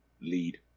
lead